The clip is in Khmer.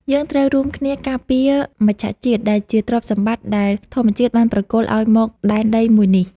យើងត្រូវរួមគ្នាការពារមច្ឆជាតិដែលជាទ្រព្យសម្បត្តិដែលធម្មជាតិបានប្រគល់ឱ្យមកដែនដីមួយនេះ។